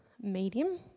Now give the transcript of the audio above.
medium